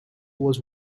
was